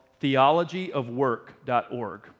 theologyofwork.org